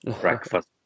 Breakfast